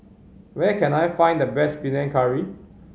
where can I find the best Panang Curry